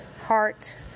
Heart